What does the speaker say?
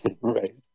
Right